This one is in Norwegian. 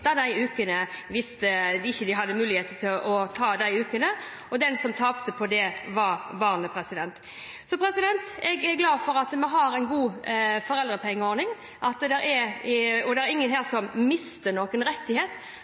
de ukene hvis far ikke hadde mulighet til å ta de ukene. Og den som tapte på det, var barnet. Jeg er glad for at vi har en god foreldrepengeordning, og det er ingen her som mister noen rettighet.